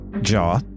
jaw